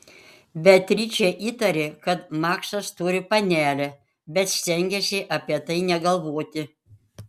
beatričė įtarė kad maksas turi panelę bet stengėsi apie tai negalvoti